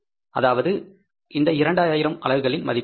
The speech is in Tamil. அதாவது இந்த 2000 அலகுகளின் மதிப்பு என்ன